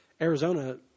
Arizona